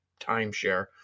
timeshare